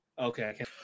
Okay